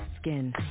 skin